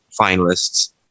finalists